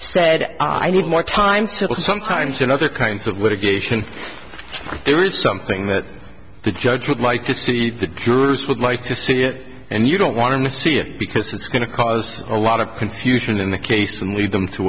said i need more time still sometimes in other kinds of litigation there is something that the judge would like to see the jurors would like to see it and you don't want to see it because it's going to cause a lot of confusion in the case and lead them to